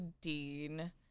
Dean